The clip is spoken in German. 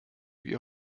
wir